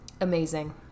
Amazing